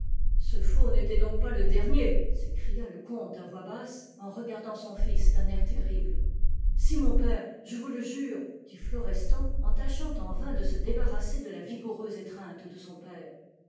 ce faux n'était donc pas le dernier s'écria le comte à voix basse en regardant son fils d'un air terrible si mon père je vous le jure dit florestan en tâchant en vain de se débarrasser de la vigoureuse étreinte de son père